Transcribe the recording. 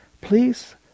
Please